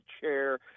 chair